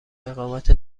اقامت